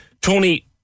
Tony